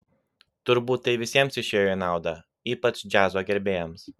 turbūt tai visiems išėjo į naudą ypač džiazo gerbėjams